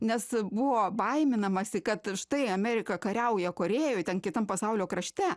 nes buvo baiminamasi kad štai amerika kariauja korėjoj ten kitam pasaulio krašte